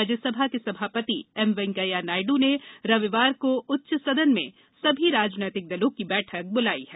राज्यसभा के सभापति एम वेंकैया नायड् ने रविवार को उच्च सदन में सभी राजनीतिक दलों की बैठक बुलाई है